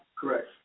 Correct